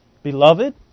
Beloved